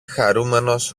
χαρούμενος